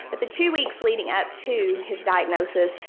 but the two weeks leading up to his diagnosis,